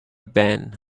ben